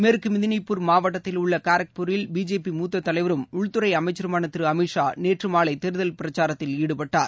மேற்குமிதினிப்பூர் மாவட்டத்தில் உள்ளகாரக்பூரில் பிஜேபி முத்ததலைவரும் உள்துறைஅமைச்சருமானதிருஅமித் ஷா நேற்றுமாலைதேர்தல் பிரச்சாரத்தில் ஈடுபட்டார்